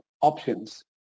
options